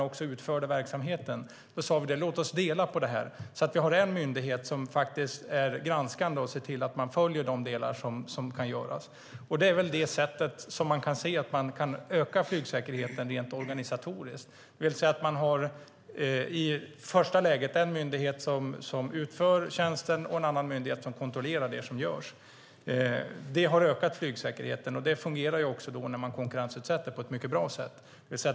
Då sade vi: Låt oss dela på detta så att vi har en myndighet som är granskande och ser till att man följer det som kan göras. Det är det sätt som man kan öka flygsäkerheten på rent organisatoriskt. Man har en myndighet som utför tjänsten och en annan myndighet som kontrollerar det som görs. Det har ökat flygsäkerheten. Det fungerar också på ett mycket bra sätt när man konkurrensutsätter.